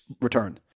return